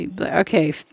Okay